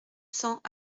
cents